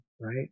right